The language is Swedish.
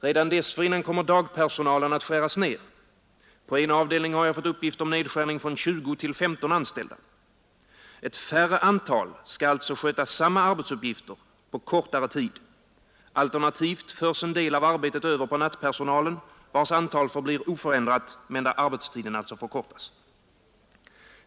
Redan dessförinnan kommer dagpersonalen att skäras ner — beträffande en avdelning har jag fått uppgift om nedskärning från 20 till 15 anställda. Ett färre antal skall alltså sköta samma arbetsuppgifter på kortare tid. Alternativt förs en del av arbetet över på nattpersonalen vars antal förblir oförändrat men där arbetstiden alltså förkortas.